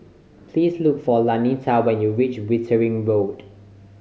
please look for Lanita when you reach Wittering Road